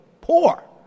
poor